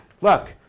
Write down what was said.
Look